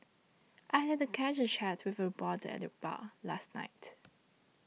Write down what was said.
I had a casual chat with a reporter at the bar last night